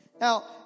Now